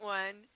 one